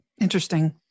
Interesting